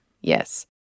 Yes